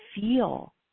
feel